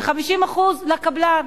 ו-50% לקבלן.